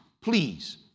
please